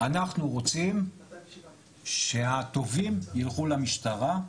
אנחנו רוצים שהטובים ילכו למשטרה.